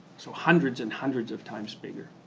so, hundreds and hundreds of times bigger